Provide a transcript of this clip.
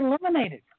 eliminated